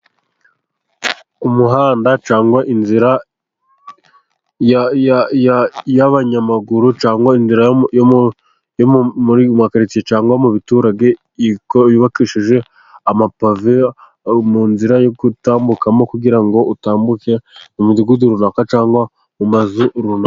Umuhanda cyangwa inzira y'abanyamaguru, cyangwa inzira yo mu makaritsiye, cyangwa mu baturage, yubakishije amapave, mu nzira yo kutambukamo, kugira ngo utambuke mu imidugudu runaka, cyangwa mu mazu runaka.